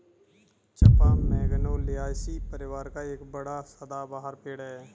चंपा magnoliaceae परिवार का एक बड़ा सदाबहार पेड़ है